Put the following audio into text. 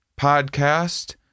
podcast